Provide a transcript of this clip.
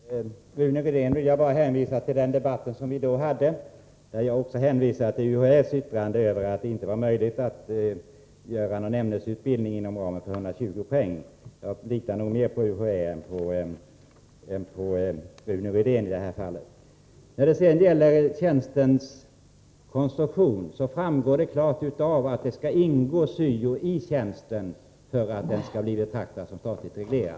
Herr talman! Vad beträffar Rune Rydéns inlägg vill även jag hänvisa till den debatt som vi tidigare fört. Då åberopade jag också UHÄ:s yttrande att det inte är möjligt att anordna någon ämnesutbildning inom ramen för 120 poäng. Jag litar nog mer på UHÄ än på Rune Rydén i det här fallet. När det sedan gäller tjänstens konstruktion framgår det klart att uppgiften syo skall vara med i tjänsten för att denna skall kunna betraktas som statligt reglerad.